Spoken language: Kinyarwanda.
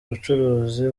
ubucuruzi